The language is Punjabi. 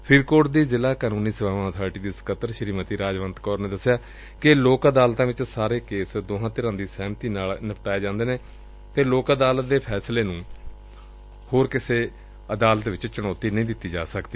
ਫਰੀਦਕੋਟ ਦੀ ਸ਼ਿਲ੍ਹਾ ਕਾਨੂੰਨੀ ਸੇਵਾਵਾਂ ਅਬਾਰਟੀ ਦੀ ਸਕੱਤਰ ਸ੍ਰੀਮਤੀ ਰਾਜਵੰਤ ਕੌਰ ਨੇ ਦਸਿਆ ਕਿ ਲੋਕ ਅਦਾਲਤਾਂ ਵਿਚ ਸਾਰੇ ਕੇਸ ਦੋਹਾਂ ਧਿਰਾਂ ਦੀ ਸਹਿਮਤੀ ਨਾਲ ਨਿਪਟਾਏ ਜਾਂਦੇ ਨੇ ਅਤੇ ਲੋਕ ਅਦਾਲਤ ਦੇ ਫੈਸਲੇ ਨੂੰ ਕਿਸੇ ਹੋਰ ਅਦਾਲਤ ਵਿਚ ਚੁਣੌਡੀ ਨਹੀਂ ਦਿੱਡੀ ਜਾ ਸਕਦੀ